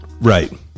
Right